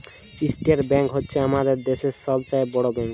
state bank হছে আমাদের দ্যাশের ছব চাঁয়ে বড় ব্যাংক